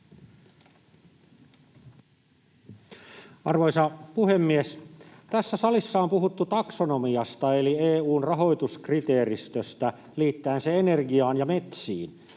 Arvoisa puhemies! Tässä salissa on puhuttu taksonomiasta, eli EU:n rahoituskriteeristöstä, liittäen se energiaan ja metsiin.